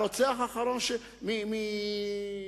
הרוצח האחרון מוואדי-חמאם.